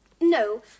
No